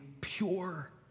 pure